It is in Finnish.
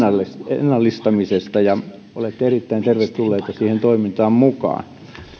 ennallistamisesta ja olette erittäin tervetulleita siihen toimintaan mukaan